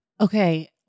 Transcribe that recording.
Okay